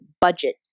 budget